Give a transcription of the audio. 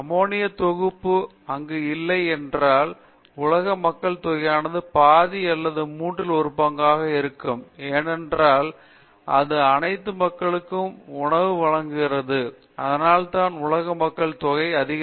ammonia தொகுப்பு அங்கு இல்லை என்றால் உலக மக்கள்தொகையானது பாதி அல்லது மூன்றில் ஒரு பங்காக இருக்கும் ஏனென்றால் அது அனைத்து மக்களுக்கும் உணவு வழங்கியுள்ளது அதனால்தான் உலக மக்கள் தொகை அதிகரித்துள்ளது